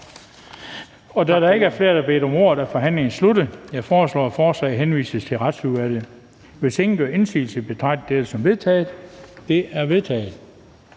Da der ikke er flere, der har bedt om ordet, er forhandlingen sluttet. Jeg foreslår, at forslaget henvises til Retsudvalget. Hvis ingen gør indsigelse, betragter jeg dette som vedtaget. Det er vedtaget.